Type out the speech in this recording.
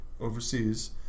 overseas